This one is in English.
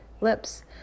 lips